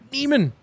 Neiman